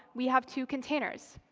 we have two containers.